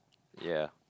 ya